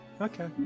Okay